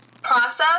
process